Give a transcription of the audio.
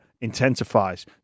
intensifies